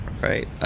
right